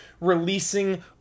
releasing